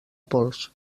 pols